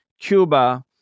Cuba